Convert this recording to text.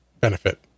benefit